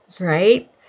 right